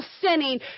sinning